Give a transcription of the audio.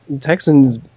texans